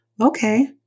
Okay